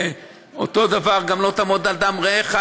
אותו דבר גם "לא תעמד על דם רעך".